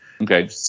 okay